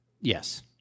Yes